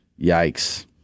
yikes